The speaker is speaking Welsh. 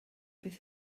beth